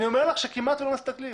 אני אומר לך שכמעט ולא מסתכלים.